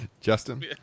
Justin